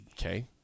Okay